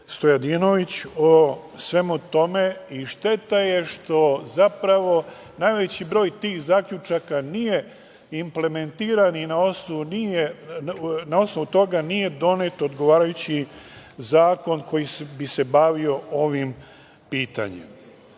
Stojadinović o svemu tome i šteta je što zapravo najveći broj zaključaka nije implementiran i na osnovu toga nije donet odgovarajući zakon koji bi se bavio ovim pitanjem. Konačno,